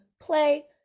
play